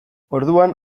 orduan